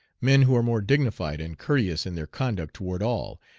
men who are more dignified and courteous in their conduct toward all,